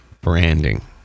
branding